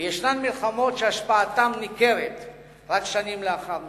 וישנן מלחמות שהשפעתן ניכרת רק שנים לאחר מכן.